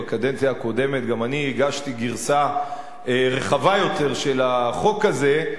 בקדנציה הקודמת גם אני הגשתי גרסה רחבה יותר של החוק הזה,